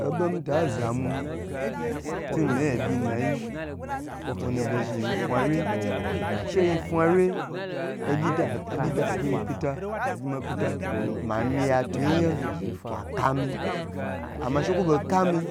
Obo mita zamu tun mi byi nayi okwo nu yibe zhn yi fawye she yi fawye obu da obyi da gyi mi pyita wa gyi ma pyeta mamya tuya kwa ka mi ama sh kwo bo kami